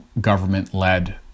government-led